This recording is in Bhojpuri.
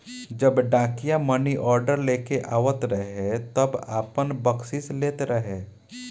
जब डाकिया मानीऑर्डर लेके आवत रहे तब आपन बकसीस लेत रहे